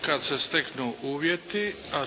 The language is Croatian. kada se steknu uvjeti.